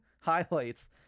highlights